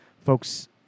folks